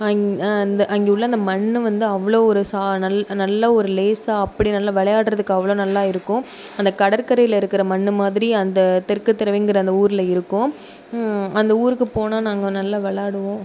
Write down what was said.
இங் இந்த அங்கே உள்ள அந்த மண் வந்து அவ்வளோ ஒரு நல்ல ஒரு லேசாக அப்படி நல்லா விளையாடுறதுக்கு அவ்வளோ நல்லா இருக்கும் அந்தக் கடற்கரையில் இருக்கிற மண் மாதிரி அந்த தெற்குத்தெரவைங்கிற அந்த ஊரில் இருக்கும் அந்த ஊருக்கு போனால் நாங்கள் நல்லா விளாடுவோம்